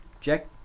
Jack